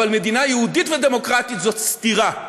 אבל מדינה יהודית ודמוקרטית זאת סתירה.